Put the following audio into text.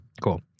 Cool